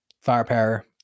firepower